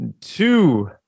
two